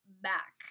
back